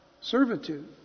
Servitude